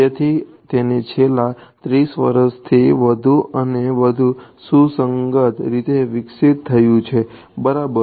તેથી તેને છેલ્લા 30 વર્ષથી રીતે વિકસિત થયું છે બરાબર